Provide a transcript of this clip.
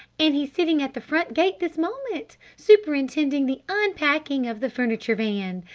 and he's sitting at the front gate this moment! superintending the unpacking of the furniture van!